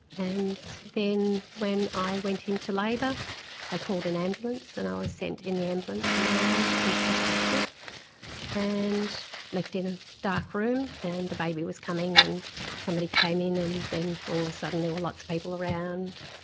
and then when i went into labour they called an ambulance and i was sent in the ambulance, on my own, to the hospital and left in a dark room. and the baby was coming and somebody came in, and then all of a sudden there were lots of people around.